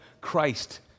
Christ